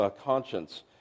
conscience